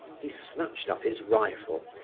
he snatched up his rifle,